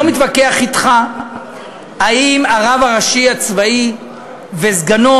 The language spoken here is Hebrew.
לא מתווכח אתך אם הרב הראשי הצבאי וסגנו,